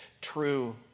true